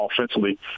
offensively